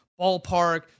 Ballpark